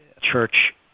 church